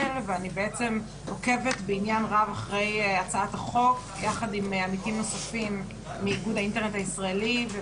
אבל גם לאור הנתונים שמצביעים על כך שלא כל האוכלוסייה בישראל